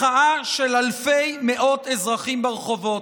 מחאה של אלפי מאות אזרחים ברחובות.